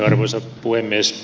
arvoisa puhemies